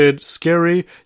scary